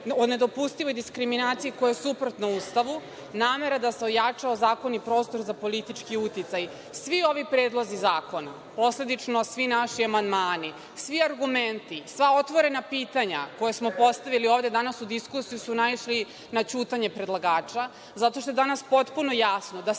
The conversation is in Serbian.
o nedopustivoj diskriminaciji koja je suprotna Ustavu, namera da se ojača, ozakoni prostor za politički uticaj. Svi ovi predlozi zakona, posledično svi naši amandmani, svi argumenti, sva otvorena pitanja koja smo podsetili ovde danas u diskusiji su naišli na ćutanje predlagača zato što je danas potpuno jasno da se